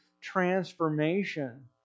transformation